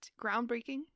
groundbreaking